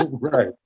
Right